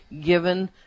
given